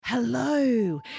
Hello